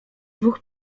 dwóch